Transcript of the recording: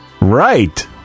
Right